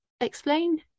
explain